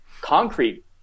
concrete